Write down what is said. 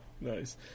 Nice